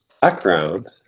Background